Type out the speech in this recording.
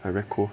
I record